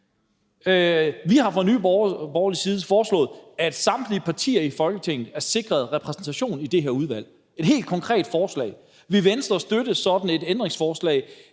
Vi har fra Nye Borgerliges side foreslået, at samtlige partier er sikret repræsentation i det her udvalg – et helt konkret forslag. Vil Venstre støtte sådan et ændringsforslag,